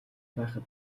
байхад